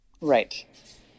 Right